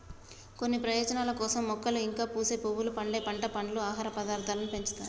కొన్ని ప్రయోజనాల కోసం మొక్కలు ఇంకా పూసే పువ్వులు, పండే పంట, పండ్లు, ఆహార పదార్థాలను పెంచుతారు